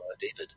David